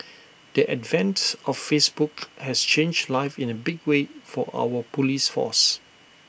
the advent of Facebook has changed life in A big way for our Police force